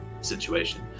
situation